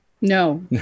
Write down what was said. No